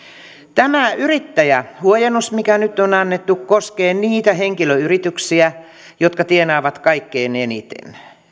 tämä yrittäjähuojennus mikä nyt on annettu koskee niitä henkilöyrityksiä jotka tienaavat kaikkein eniten